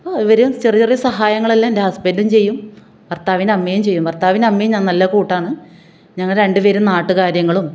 അപ്പോൾ ഇവർ ചെറിയ ചെറിയ സഹായങ്ങളെല്ലാം എൻ്റെ ഹസ്ബൻഡും ചെയ്യും ഭർത്താവിന്റെ അമ്മയും ചെയ്യും ഭർത്താവിന്റെ അമ്മയും ഞാനും നല്ല കൂട്ടാണ് ഞങ്ങൾ രണ്ടുപേരും നാട്ട് കാര്യങ്ങളും